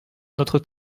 notre